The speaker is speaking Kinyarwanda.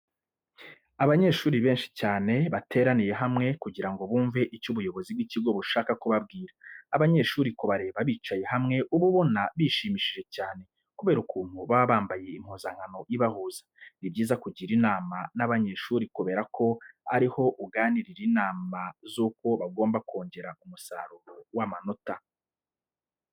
Abanyeshuri benshi cyane bateraniye hamwe kugira ngo bumve icyo ubuyobozi bw'ikigo bushaka kubabwira. Abanyeshuri kubareba bicaye hamwe uba ubona bishimishije cyane kubera ukuntu baba bambaye impuzankano ibahuza. Ni byiza kugirana inama n'abanyeshuri kubera ko ari ho ubagirira inama z'uko bagomba kongera umusaruro w'amanota.